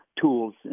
tools